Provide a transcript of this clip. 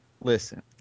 Listen